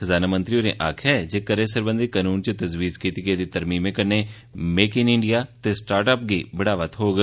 खजानामंत्री होरें आक्खेया ऐ जे करें सरबंधी कनून च तजवीज कीती गेदी तरमीमें कन्नें 'मेक इन इंडिया' ते 'स्टाट्र अप' गी बढ़ावा थ्होग